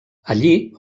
allí